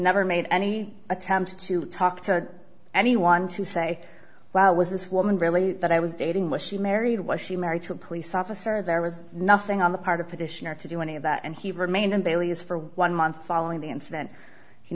never made any attempt to talk to anyone to say well was this woman really that i was dating was she married was she married to a police officer there was nothing on the part of petitioner to do any of that and he remained in bailey's for one month following the incident